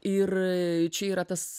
ir čia yra tas